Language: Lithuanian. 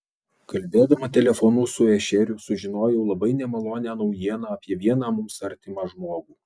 kalbėdama telefonu su ešeriu sužinojau labai nemalonią naujieną apie vieną mums artimą žmogų